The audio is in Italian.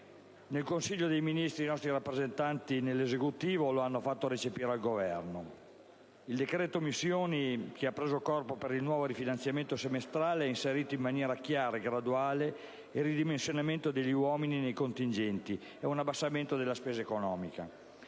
in Consiglio dei ministri i nostri rappresentanti nell'Esecutivo lo hanno fatto recepire al Governo: il «decreto missioni» che ha preso corpo per il nuovo rifinanziamento semestrale ha inserito, in maniera chiara e graduale, il ridimensionamento degli uomini nei contingenti e un abbassamento della spesa economica.